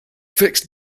fixed